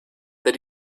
that